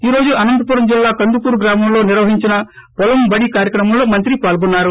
ఈ రోజు అనంతపురం జిల్లా కందుకూరు గ్రామంలో నిర్వహించిన పోలంబడి కార్చక్రమంలో మంత్రి పాల్గొన్నారు